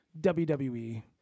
WWE